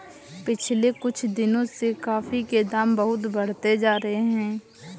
पिछले कुछ दिनों से कॉफी के दाम बहुत बढ़ते जा रहे है